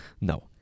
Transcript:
No